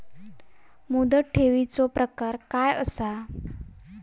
मुदत ठेवीचो प्रकार काय असा?